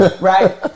right